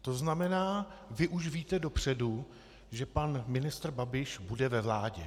To znamená, že vy už víte dopředu, že pan ministr Babiš bude ve vládě.